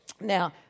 Now